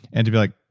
and to be like,